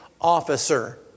officer